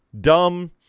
dumb